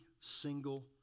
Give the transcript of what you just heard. single